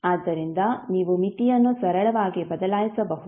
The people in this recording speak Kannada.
ಆದ್ದರಿಂದ ನೀವು ಮಿತಿಯನ್ನು ಸರಳವಾಗಿ ಬದಲಾಯಿಸಬಹುದು